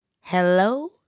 Hello